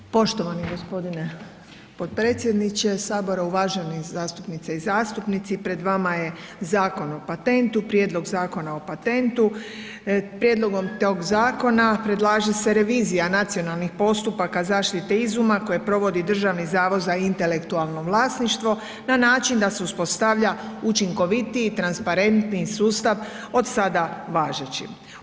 Poštovani gospodine potpredsjedniče sabora, uvažene zastupnice i zastupnici, pred vama je Zakon o patentu, Prijedlog Zakona o patentu, prijedlogom tog zakona predlaže se revizija nacionalnih postupaka zaštite izuma koje provodi Državni zavod za intelektualno vlasništvo na način da se uspostavlja učinkovitiji, transparentniji sustav od sada važeći.